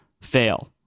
fail